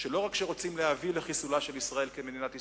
שלא רק רוצים להביא לחיסולה של ישראל כמדינת ישראל,